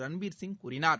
ரன்பீர் சிங் கூறினார்